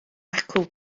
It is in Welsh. acw